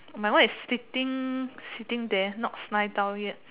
my one is sitting sitting there not fly down yet